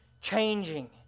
changing